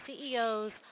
CEOs